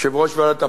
יושב-ראש ועדת הפנים,